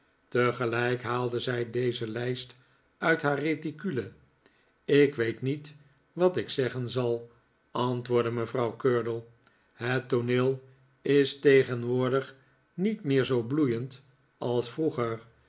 tegelijk haalde zij deze lijst uit haar reticule ik weet niet wat ik zeggen zal antwoordde mevrouw curdle het tooneel is tegenwoordig niet meer zoo bloeiend als vroeger